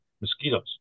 mosquitoes